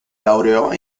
laureò